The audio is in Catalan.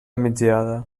migdiada